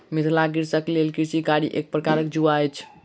मिथिलाक कृषकक लेल कृषि कार्य एक प्रकारक जुआ अछि